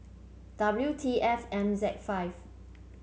W T F M Z five